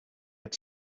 had